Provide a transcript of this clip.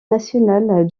national